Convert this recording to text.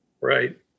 Right